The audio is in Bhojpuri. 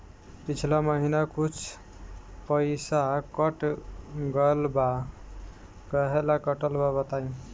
पिछला महीना कुछ पइसा कट गेल बा कहेला कटल बा बताईं?